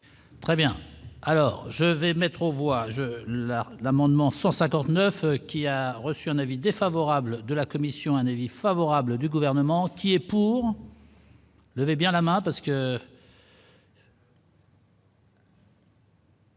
Très bien, alors je vais mettre aux voix, je leur l'amendement 159 qui a reçu un avis défavorable de la commission, un avis favorable du gouvernement qui est pour. Levez bien la main parce que.